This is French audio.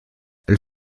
elle